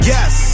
Yes